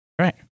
Right